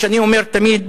מה שאני אומר תמיד,